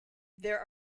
there